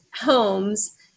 homes